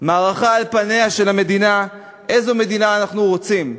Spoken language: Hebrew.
מערכה על פניה של המדינה, איזו מדינה אנחנו רוצים: